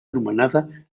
anomenada